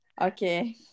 Okay